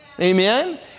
Amen